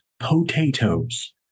Potatoes